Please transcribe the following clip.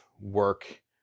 work